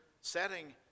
setting